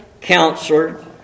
Counselor